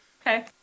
Okay